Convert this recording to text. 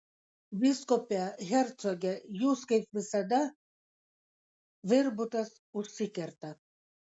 vyskupe hercoge jūs kaip visada tvirbutas užsikerta